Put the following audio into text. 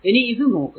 ഇനി ഇത് നോക്കുക